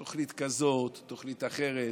תוכנית כזאת, תוכנית אחרת,